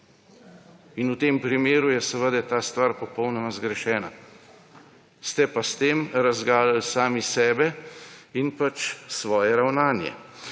In v tem primeru je seveda ta stvar popolnoma zgrešena. Ste pa s tem razgalili sami sebe in pač svoje ravnanje.